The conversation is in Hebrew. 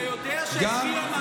אתה יודע שהתחילה מערכת הבחירות.